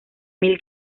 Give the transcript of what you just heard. mil